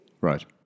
Right